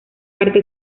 parte